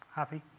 happy